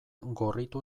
gorritu